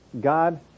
God